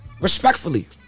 Respectfully